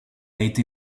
été